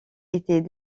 était